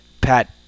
pat